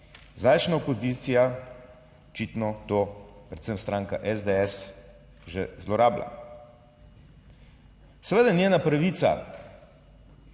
Zdajšnja opozicija očitno to, predvsem stranka SDS, že zlorablja. Seveda je njena pravica